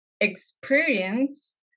experience